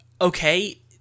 okay